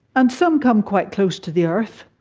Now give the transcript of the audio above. and some come quite close to the earth.